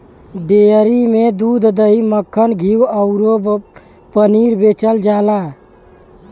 dairy में दूध, दही, मक्खन, घीव अउरी पनीर बेचल जाला